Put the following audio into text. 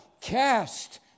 Cast